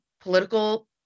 political